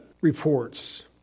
reports